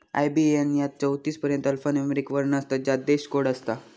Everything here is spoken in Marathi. आय.बी.ए.एन यात चौतीस पर्यंत अल्फान्यूमोरिक वर्ण असतत ज्यात देश कोड असता